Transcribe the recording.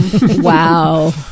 Wow